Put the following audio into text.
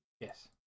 Yes